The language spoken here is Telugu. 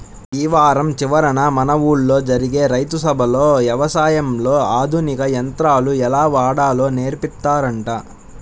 యీ వారం చివరన మన ఊల్లో జరిగే రైతు సభలో యవసాయంలో ఆధునిక యంత్రాలు ఎలా వాడాలో నేర్పిత్తారంట